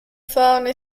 thorny